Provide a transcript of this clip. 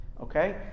okay